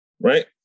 right